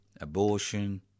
abortion